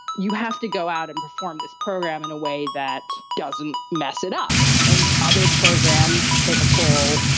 you have to go out and perform this program in a way that doesn't mess it up in other programs. you take a fall.